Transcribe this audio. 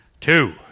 two